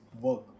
work